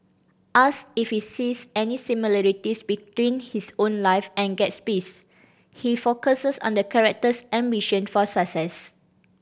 ask if he sees any similarities between his own life and Gatsby's he focuses on the character's ambition for success